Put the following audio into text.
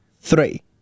three